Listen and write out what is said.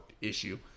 issue